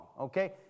okay